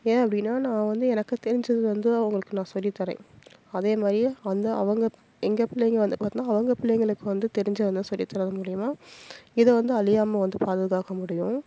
ஏன் அப்படின்னா நான் வந்து எனக்கு தெரிஞ்சதை வந்து அவங்களுக்கு நான் சொல்லித் தர்றேன் அதேமாதிரி அந்த அவங்க எங்கள் பிள்ளைங்க வந்து பார்த்திங்கனா அவங்க பிள்ளைங்களுக்கு வந்து தெரிஞ்சதை வந்து சொல்லித் தர்றது மூலிமா இதை வந்து அழியாம வந்து பாதுகாக்க முடியும்